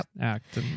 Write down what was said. act